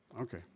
okay